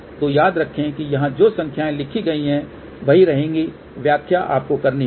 तो याद रखें कि यहाँ जो संख्याएँ लिखी गई हैं वही रहेगी व्याख्या आपको करनी होगी